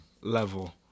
level